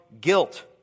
guilt